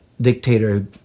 dictator